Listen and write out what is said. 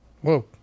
Whoa